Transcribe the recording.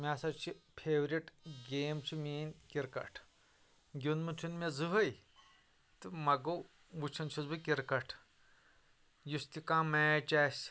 مےٚ ہسا چھِ فیورٹ گیم چھِ میٲنۍ کِرکٹ گٔنٛدمُت چھنہٕ مےٚ زٕہٕنۍ تہٕ وگوٚو وُچھن چھُس بہٕ کِرکٹ یُس تہِ کانہہ میٖچ آسہِ